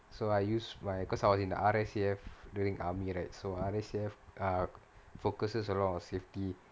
so I use my because I was in the R_S_A_F doing army right so R_S_A_F uh focuses a lot on safety